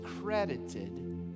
credited